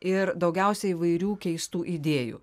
ir daugiausia įvairių keistų idėjų